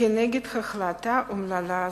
כנגד החלטה אומללה זאת.